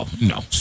no